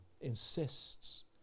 insists